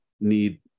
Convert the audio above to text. need